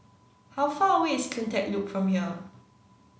how far away is CleanTech Loop from here